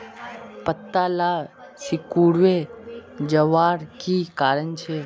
पत्ताला सिकुरे जवार की कारण छे?